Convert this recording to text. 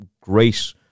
great